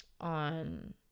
on